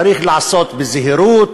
צריך לעשות בזהירות,